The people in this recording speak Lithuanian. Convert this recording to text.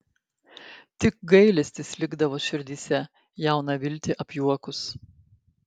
tik gailestis likdavo širdyse jauną viltį apjuokus